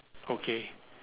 okay